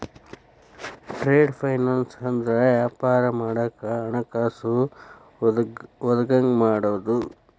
trade finance ಅಂದ್ರ ವ್ಯಾಪಾರ ಮಾಡಾಕ ಹಣಕಾಸ ಒದಗಂಗ ಮಾಡುದು